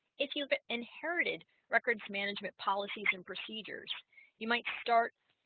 if you've but inherited records management policies and procedures you might start